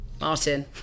Martin